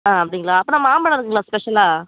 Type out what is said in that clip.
ஆ அப்படிங்களா அப்படின்னா மாம்பழம் இருக்குதுங்களா ஸ்பெஷலாக